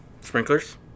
Sprinklers